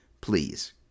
please